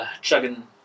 chugging